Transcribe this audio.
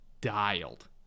dialed